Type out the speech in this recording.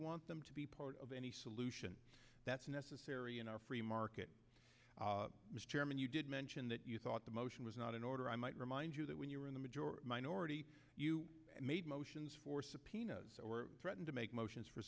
want them to be part of any solution that's necessary in our free market mr chairman you did mention that you thought the motion was not in order i might remind you that when you were in the majority minority you made motions for subpoenas or threatened to make motions for